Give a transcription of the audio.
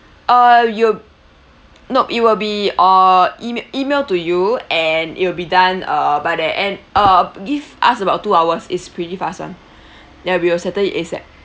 err you'll nope it will be uh emailed email to you and it'll be done uh by the end uh give us about two hours it's pretty fast [one] ya we will settle it ASAP